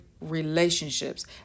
relationships